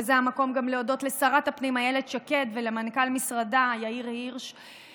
וזה המקום להודות גם לשרת הפנים אילת שקד ולמנכ"ל משרדה יאיר הירש.